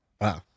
wow